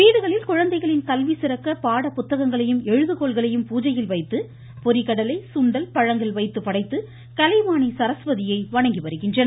வீடுகளில் குழந்தைகளின் கல்வி சிறக்க பாட புத்தகங்களையும் எழுதுகோல்களையும் பூஜையில் வைத்து பொரிகடலை சுண்டல் பழங்கள் வைத்து படைத்து கலைவாணி சரஸ்வதியை வணங்கி வருகின்றனர்